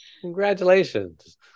Congratulations